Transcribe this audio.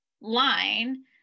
line